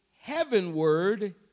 heavenward